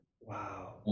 Wow